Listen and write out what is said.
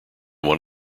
one